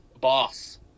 boss